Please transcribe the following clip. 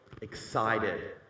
excited